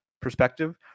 perspective